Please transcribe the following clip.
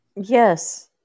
Yes